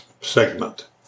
segment